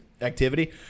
activity